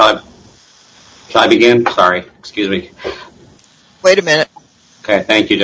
oh i'm sorry excuse me wait a minute ok thank you